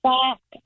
back